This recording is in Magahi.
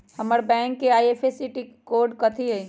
हमर बैंक के आई.एफ.एस.सी कोड कथि हई?